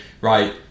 right